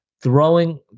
Throwing